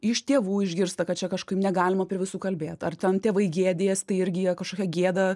iš tėvų išgirsta kad čia kažkaip negalima prie visų kalbėt ar ten tėvai gėdijas tai irgi jie kažkokia gėda